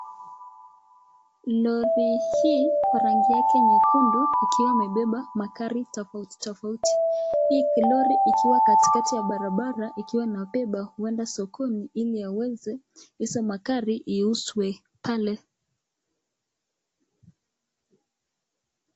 Lori hii kwa rangi yake nyekundu ikiwa imebeba magari tofauti tofauti, hii kilori ikiwa katikati ya barabara ikiwa inabeba huenda sokoni, ili auze hizo magari iuzwe pale.